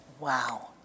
Wow